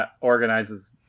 organizes